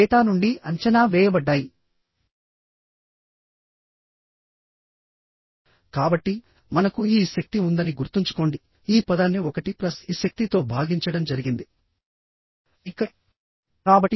member అనగా compression member లేదా tension member లేదా ఫ్లెక్చరల్ మెంబర్